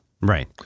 Right